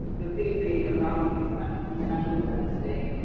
the theme being around international international women's day.